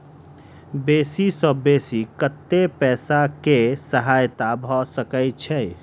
बेसी सऽ बेसी कतै पैसा केँ सहायता भऽ सकय छै?